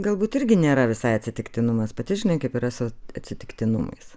galbūt irgi nėra visai atsitiktinumas pati žinai kaip yra su atsitiktinumais